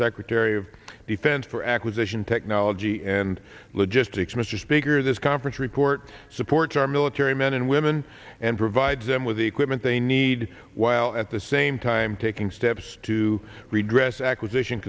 secretary of defense for acquisition technology and logistics mr speaker this conference report supports our military men and women and provides them with the equipment they need while at the same time taking steps to redress acquisition